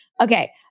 Okay